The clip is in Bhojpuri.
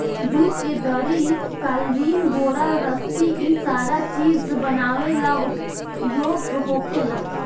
जुट के दरी, कालीन, बोरा, रसी इ सारा चीज बनावे ला उपयोग होखेला